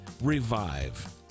Revive